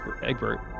Egbert